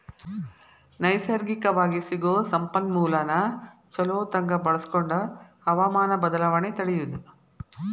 ನೈಸರ್ಗಿಕವಾಗಿ ಸಿಗು ಸಂಪನ್ಮೂಲಾನ ಚುಲೊತಂಗ ಬಳಸಕೊಂಡ ಹವಮಾನ ಬದಲಾವಣೆ ತಡಿಯುದು